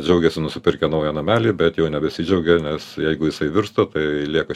džiaugėsi nusipirkę naują namelį bet jau nebesidžiaugia nes jeigu jisai virsta tai lieka